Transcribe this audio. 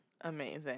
Amazing